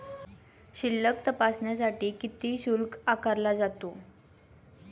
शिल्लक तपासण्यासाठी किती शुल्क आकारला जातो?